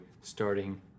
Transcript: starting